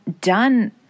done